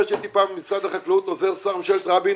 שהייתי פעם במשרד החקלאות עוזר שר בממשלת רבין,